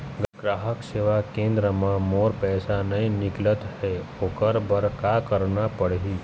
ग्राहक सेवा केंद्र म मोर पैसा नई निकलत हे, ओकर बर का करना पढ़हि?